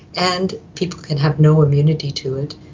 and people can have no immunity to it.